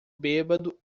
bêbado